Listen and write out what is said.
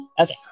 Okay